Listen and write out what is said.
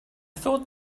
thought